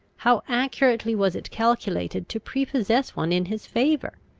how accurately was it calculated to prepossess one in his favour!